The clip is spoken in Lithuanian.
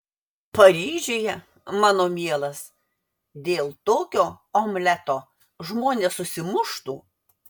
paryžiuje mano mielas dėl tokio omleto žmonės susimuštų